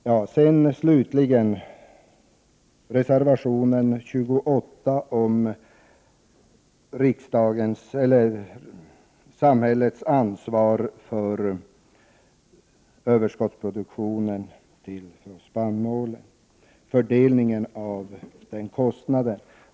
Jag yrkar bifall till utskottets hemställan även i det stycket. Slutligen vill jag beröra reservation 28 om fördelningen av kostnaden för överskottsproduktionen av spannmål.